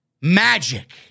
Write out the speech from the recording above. magic